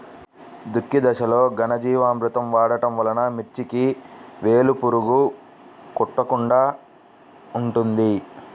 దుక్కి దశలో ఘనజీవామృతం వాడటం వలన మిర్చికి వేలు పురుగు కొట్టకుండా ఉంటుంది?